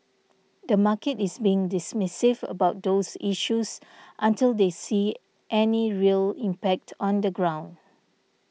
the market is being dismissive about those issues until they see any real impact on the ground